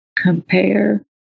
Compare